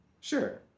sure